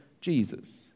Jesus